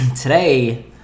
today